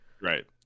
Right